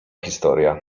historia